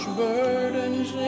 burdens